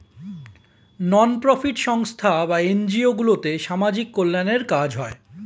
নন profit সংস্থা বা NGO গুলোতে সামাজিক কল্যাণের কাজ হয়